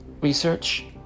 research